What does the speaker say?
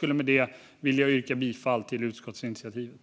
vill med det yrka bifall till utskottsinitiativet.